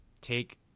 take